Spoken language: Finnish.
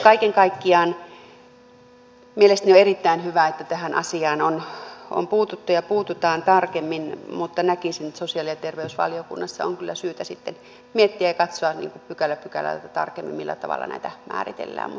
kaiken kaikkiaan on mielestäni erittäin hyvä että tähän asiaan on puututtu ja puututaan tarkemmin mutta näkisin että sosiaali ja terveysvaliokunnassa on kyllä syytä sitten miettiä ja katsoa pykälä pykälältä tarkemmin millä tavalla näitä määritellään